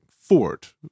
fort